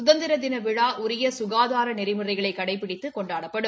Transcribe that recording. சுதந்திர தின விழா உரிய சுகாதார நெறிமுறைகளை கடைபிடித்து கொண்டாடப்படும்